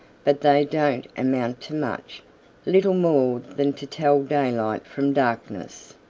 but they don't amount to much little more than to tell daylight from darkness.